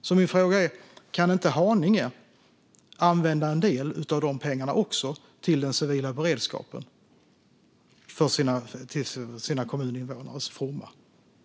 Så min fråga är: Kan inte Haninge använda en del av dessa pengar till den civila beredskapen, till sina kommuninvånares fromma?